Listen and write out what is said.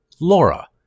Laura